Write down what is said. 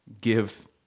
give